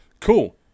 Cool